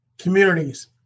Communities